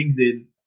LinkedIn